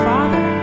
Father